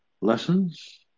lessons